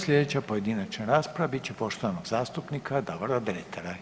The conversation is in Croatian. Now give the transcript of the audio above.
Slijedeća pojedinačna rasprava bit će poštovanog zastupnika Davora Dretara.